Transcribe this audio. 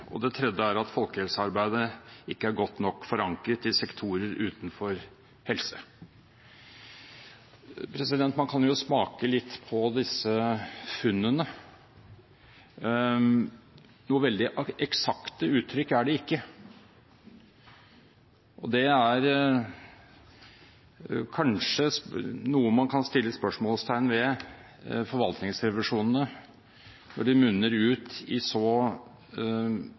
for det tredje at folkehelsearbeidet ikke er godt nok forankret i sektorer utenfor helse. Man kan jo smake litt på disse funnene. Noen veldig eksakte uttrykk er de ikke, og det er kanskje noe man kan stille spørsmål ved hva gjelder forvaltningsrevisjonene, når de munner ut i så